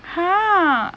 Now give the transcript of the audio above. !huh!